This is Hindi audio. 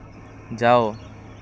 जाओ